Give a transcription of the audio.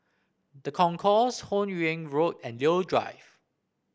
The Concourse Hun Yeang Road and Leo Drive